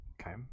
Okay